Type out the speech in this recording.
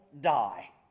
die